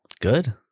Good